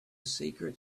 secret